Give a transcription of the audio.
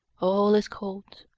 all is cold,